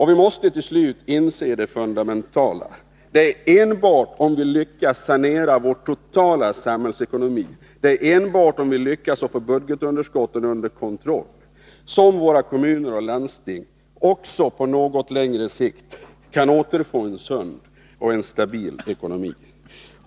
Vi måste också till slut inse det fundamentala: det är enbart om vi lyckas sanera vår totala samhällsekonomi och lyckas få budgetunderskotten under kontroll som våra 7 kommuner och landsting också på något längre sikt kan återfå en sund och stabil ekonomi.